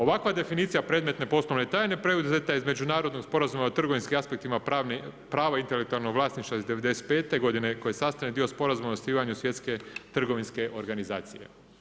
Ovakva definicija predmetne poslovne tajne preuzeta je iz Međunarodnog sporazuma o trgovinskim aspektima prava intelektualnog vlasništva iz 95. godine koji je sastavni dio Sporazuma o osnivanju Svjetske trgovinske organizacije.